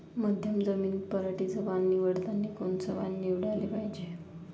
मध्यम जमीनीत पराटीचं वान निवडतानी कोनचं वान निवडाले पायजे?